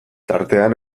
tartean